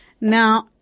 Now